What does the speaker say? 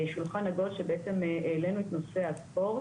זה היה שולחן עגול שבעצם העלינו את נושא הספורט,